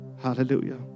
Hallelujah